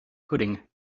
pudding